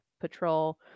patrol